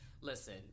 Listen